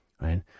right